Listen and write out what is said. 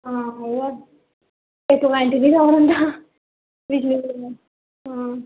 हां उ'यै इक मैंट्ट नी रौह्न होंदा बिजली दे बगैर हां